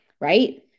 right